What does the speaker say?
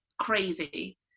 crazy